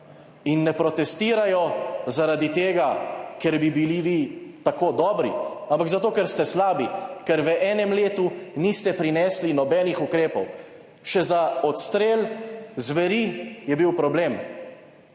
In ne protestirajo zaradi tega, ker bi bili vi tako dobri, ampak zato, ker ste slabi, ker v enem letu niste prinesli nobenih ukrepov. Še za odstrel zveri je bil problem.